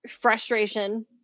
frustration